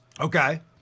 Okay